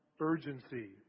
Urgency